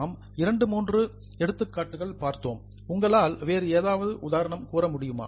நாம் இரண்டு மூன்று எக்ஸாம்பிள்ஸ் எடுத்துக்காட்டுகள் பார்த்தோம் உங்களால் வேறு ஏதாவது உதாரணம் கூற முடியுமா